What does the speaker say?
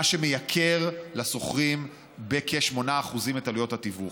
מה שמייקר לשוכרים בכ-8% את עלויות התיווך.